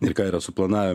ir ką yra suplanavę